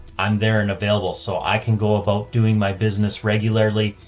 i'm there and available. so i can go about doing my business regularly,